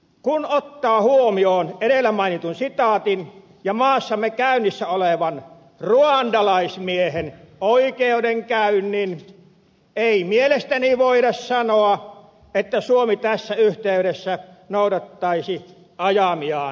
kun ottaa huomioon edellä mainitun sitaatin ja maassamme käynnissä olevan ruandalaismiehen oikeudenkäynnin ei mielestäni voida sanoa että suomi tässä yhteydessä noudattaisi ajamiaan periaatteita